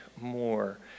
more